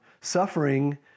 suffering